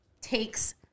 takes